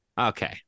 Okay